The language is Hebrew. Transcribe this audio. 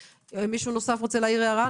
מישהו נוסף רוצה להעיר הערה?